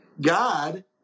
god